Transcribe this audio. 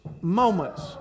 moments